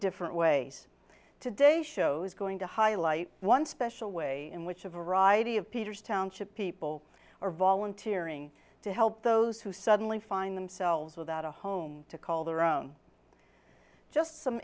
different ways today show's going to highlight one special way in which a variety of peters township people are volunteering to help those who suddenly find themselves without a home to call their own just some